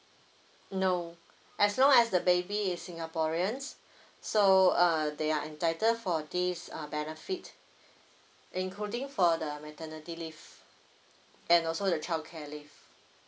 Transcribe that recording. no as long as the baby is singaporeans so uh they are entitled for this uh benefit including for the maternity leave and also the childcare leave